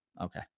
Okay